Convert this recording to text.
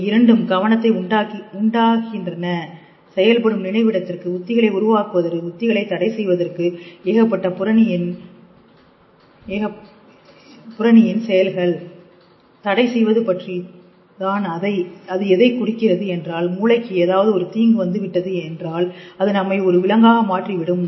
அவை இரண்டும் கவனத்தை உண்டாகின்றன செயல்படும் நினைவிடத்திற்கு உத்திகளை உருவாக்குவதற்கு உத்திகளை தடை செய்வதற்கு ஏகப்பட்ட புரணியின் செயல்கள் தடை செய்வது பற்றி தான் அது எதை குறிக்கிறது என்றால் மூளைக்கு ஏதாவது ஒரு தீங்கு வந்து விட்டது என்றால் அது நம்மை ஒரு விலங்காக மாற்றிவிடும்